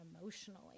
emotionally